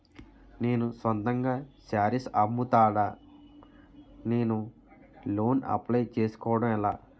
నేను సొంతంగా శారీస్ అమ్ముతాడ, నేను లోన్ అప్లయ్ చేసుకోవడం ఎలా?